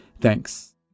Thanks